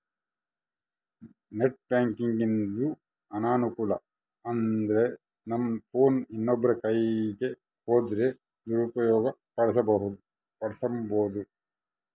net ಬ್ಯಾಂಕಿಂಗಿಂದು ಅನಾನುಕೂಲ ಅಂದ್ರನಮ್ ಫೋನ್ ಇನ್ನೊಬ್ರ ಕೈಯಿಗ್ ಹೋದ್ರ ದುರುಪಯೋಗ ಪಡಿಸೆಂಬೋದು